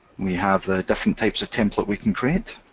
we have the different types of template we can create,